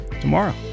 tomorrow